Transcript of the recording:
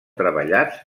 treballats